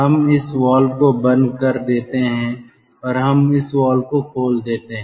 हम इस वाल्व को बंद कर देते हैं और हम इस वाल्व को खोल देते हैं